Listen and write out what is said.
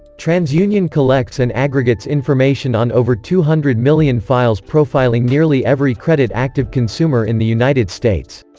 transunion collects and aggregates information on over two hundred million files profiling nearly every credit-active consumer in the united states.